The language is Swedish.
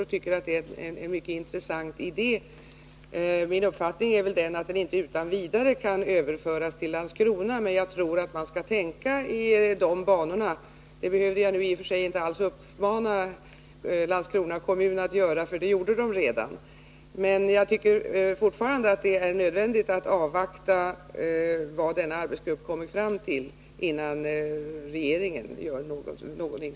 Jag tycker det är en mycket intressant idé som genomförts där, men min uppfattning är att den inte utan vidare kan överföras till Landskrona. Jag tror emellertid att man skall tänka i de banorna. Det behövde jag i och för sig inte alls uppmana Landskrona kommun att göra, för det gjorde man redan. Men jag tycker fortfarande att det är nödvändigt att avvakta vad arbetsgruppen kommer fram till innan regeringen gör någonting.